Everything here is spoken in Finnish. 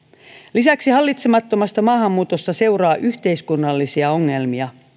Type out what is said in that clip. lisäksi hallitsemattomasta maahanmuutosta seuraa yhteiskunnallisia ongelmia